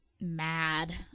mad